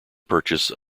purchase